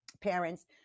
parents